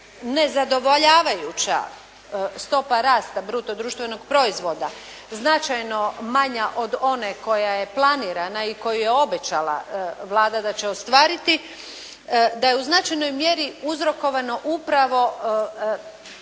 nezadovoljavajuća stopa rasta bruto društvenog proizvoda značajno manja od one koja je planirana i koju je obećala Vlada da će ostvariti, da je u značajnoj mjeri uzrokovano upravo